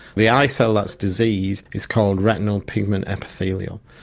the eye cell that's diseased is called retinal pigment epithelium,